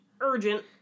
urgent